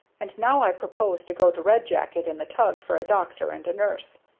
and now i propose to go to red jacket in the tug for a doctor and a nurse.